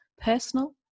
personal